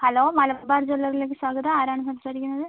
hello Malabar ജ്വല്ലറിയിലേക്ക് സ്വാഗതം ആരാണ് സംസാരിക്കുന്നത്